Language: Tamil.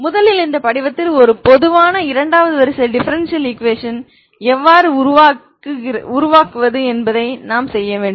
முதலில் இந்த படிவத்தில் ஒரு பொதுவான இரண்டாவது வரிசை டிஃபரெண்சியல் ஈகுவேஷன் எவ்வாறு உருவாக்குவது என்பதை நான் செய்ய வேண்டும்